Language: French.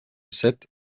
sept